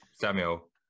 Samuel